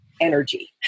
energy